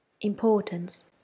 Importance